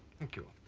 thank you.